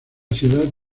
ciudad